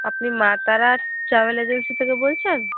আপনি Maa Tara travel agency থেকে বলছেন